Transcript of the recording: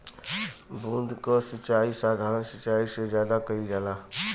बूंद क सिचाई साधारण सिचाई से ज्यादा कईल जाला